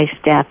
step